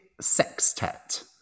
sextet